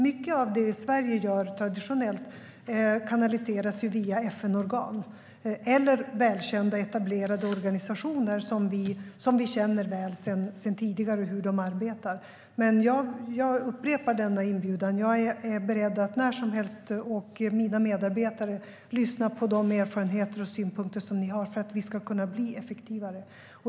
Mycket av det som görs i Sverige traditionellt kanaliseras via FN-organ eller välkända etablerade organisationer som vi känner väl sedan tidigare hur de arbetar. Jag upprepar denna inbjudan. Jag och mina medarbetare är beredda att när som helst lyssna på de erfarenheter och synpunkter ni har för att vi ska bli effektivare.